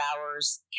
hours